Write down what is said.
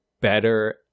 better